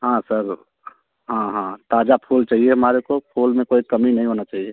हाँ सर हाँ हाँ ताज़ा फूल चाहिए हमारे को फूल में कोई कमी नहीं होना चाहिए